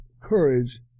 courage